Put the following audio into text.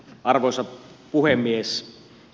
arvoisa puhemies